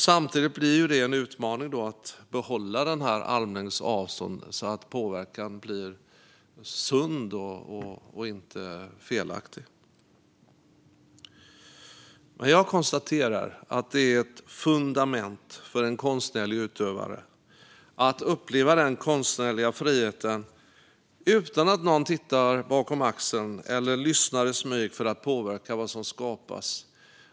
Samtidigt blir det en utmaning att behålla armlängds avstånd, så att påverkan blir sund och inte felaktig. Jag konstaterar att det är ett fundament för en konstnärlig utövare att uppleva den konstnärliga friheten utan att någon tittar bakom axeln eller lyssnar i smyg för att påverka det som skapas.